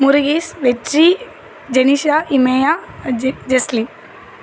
முருகேஸ் வெற்றி ஜெனீஷா இமயா ஜெ ஜெஸ்லி